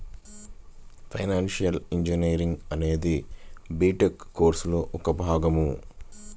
financial engineering అనేది BTech కోర్సులో ఒక భాగం